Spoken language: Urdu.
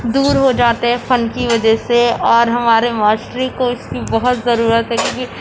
دور ہو جاتے ہے فن کی وجہ سے اور ہمارے معاشرے کو اس کی بہت ضرورت ہے کیونکہ